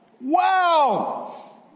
Wow